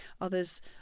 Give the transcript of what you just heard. Others